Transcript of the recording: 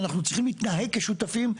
ואנו צריכים להתנהג כשותפים,